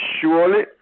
Surely